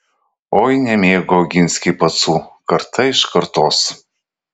oi nemėgo oginskiai pacų karta iš kartos